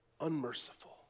unmerciful